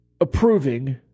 approving